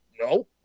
No